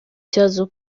kibazo